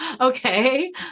okay